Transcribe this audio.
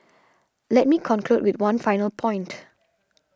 let me conclude with one final point